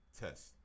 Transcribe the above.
test